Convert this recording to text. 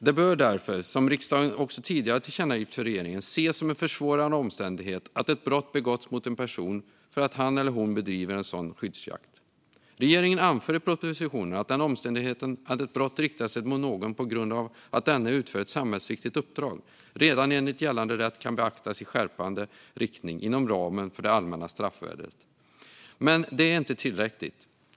Det bör därför, som riksdagen också tidigare har tillkännagivit för regeringen, ses som en försvårande omständighet att ett brott begåtts mot en person för att han eller hon bedriver sådan skyddsjakt. Regeringen anför i propositionen att omständigheten att ett brott riktar sig mot någon på grund av att denne utför ett samhällsviktigt uppdrag redan enligt gällande rätt kan beaktas i skärpande riktning inom ramen för det allmänna straffvärdet. Men det är inte tillräckligt.